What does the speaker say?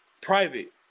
private